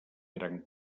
gran